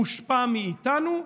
הושפע מאיתנו,